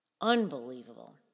Unbelievable